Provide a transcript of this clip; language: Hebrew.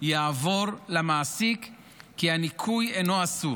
כי הניכוי אינו אסור